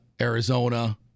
Arizona